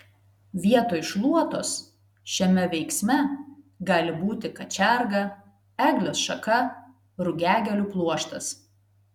vietoj šluotos šiame veiksme gali būti kačerga eglės šaka rugiagėlių pluoštas